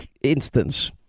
instance